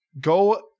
Go